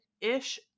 ish